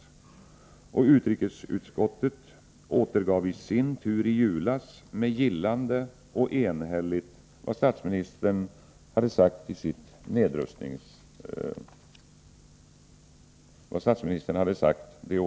Ett enhälligt utrikesutskott återgav i sin tur i nedrustningsbetänkandet vid jultiden förra året med gillande vad statsministern hade sagt.